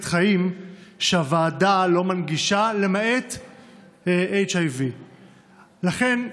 חיים שהוועדה לא מנגישה למעט HIV. לכן,